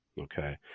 Okay